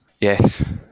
Yes